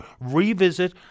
revisit